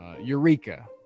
Eureka